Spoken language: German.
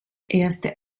erste